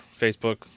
Facebook